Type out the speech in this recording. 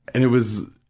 and it was,